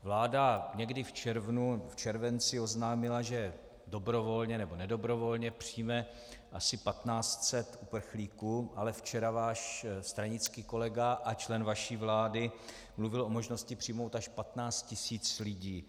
Vláda někdy v červnu, v červenci oznámila, že dobrovolně nebo nedobrovolně přijme asi 1 500 uprchlíků, ale včera váš stranický kolega a člen vaší vlády mluvil o možnosti přijmout až 15 000 lidí.